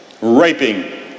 raping